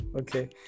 Okay